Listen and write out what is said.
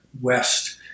West